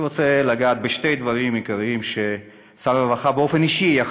אני רוצה לגעת בשני דברים עיקריים שיושב-ראש האופוזיציה,